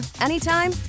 anytime